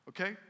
Okay